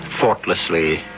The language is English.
thoughtlessly